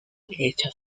hechas